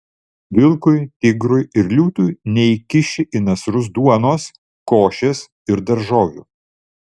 vilkui tigrui ir liūtui neįkiši į nasrus duonos košės ir daržovių